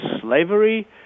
slavery